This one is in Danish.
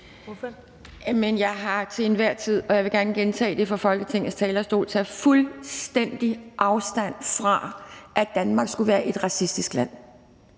jeg har til enhver tid – og jeg vil gerne gentage det fra Folketingets talerstol – taget fuldstændig afstand fra, at Danmark skulle være et racistisk land.